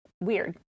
weird